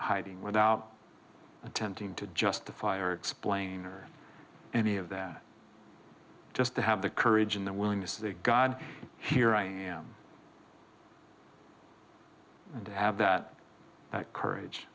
hiding without attempting to justify or explain or any of that just to have the courage and the willingness of the god here i am to have that courage